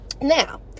Now